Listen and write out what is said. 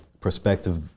perspective